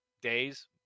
days